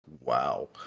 Wow